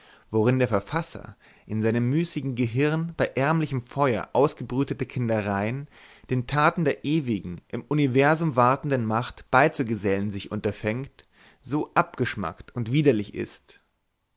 worin der verfasser in seinem müßigen gehirn bei ärmlichem feuer ausgebrütete kindereien den taten der ewigen im universum wartenden macht beizugesellen sich unterfängt so abgeschmackt und widerlich sind es ist